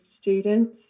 students